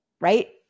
right